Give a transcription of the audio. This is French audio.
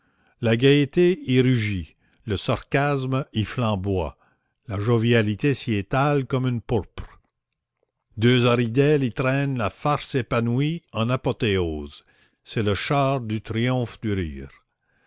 la gaîté y rugit le sarcasme y flamboie la jovialité s'y étale comme une pourpre deux haridelles y traînent la farce épanouie en apothéose c'est le char du triomphe du rire